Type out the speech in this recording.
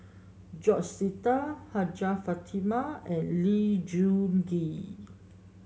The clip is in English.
George Sita Hajjah Fatimah and Lee Choon Kee